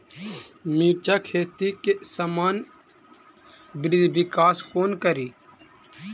मिर्चा खेती केँ सामान्य वृद्धि विकास कोना करि?